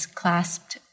clasped